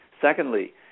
Secondly